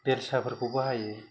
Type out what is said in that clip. बेरसाफोरखौ बाहायो